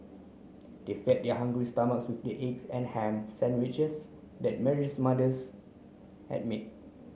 they fed their hungry stomachs with the egg and ham sandwiches that Mary's mother had made